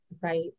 right